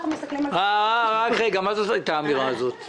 מה האמירה הזאת?